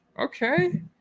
Okay